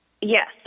Yes